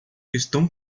estão